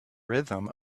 rhythm